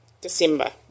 December